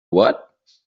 what